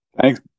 Thanks